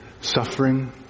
suffering